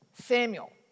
Samuel